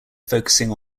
focusing